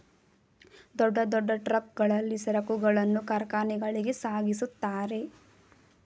ದೊಡ್ಡ ದೊಡ್ಡ ಟ್ರಕ್ ಗಳಲ್ಲಿ ಸರಕುಗಳನ್ನು ಕಾರ್ಖಾನೆಗಳಿಗೆ ಸಾಗಿಸುತ್ತಾರೆ